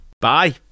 Bye